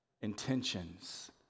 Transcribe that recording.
intentions